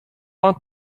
want